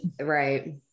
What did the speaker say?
right